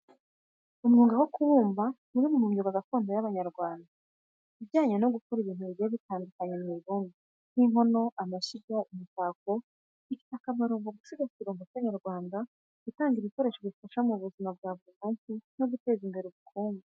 Umwuga wo kubumba ni umwe mu myuga gakondo y’Abanyarwanda ujyanye no gukora ibintu bigiye bitandukanye mu ibumba, nk’inkono, amashyiga, n’imitako. Ufite akamaro mu gusigasira umuco nyarwanda, gutanga ibikoresho bifasha mu buzima bwa buri munsi, no guteza imbere ubukungu.